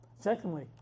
Secondly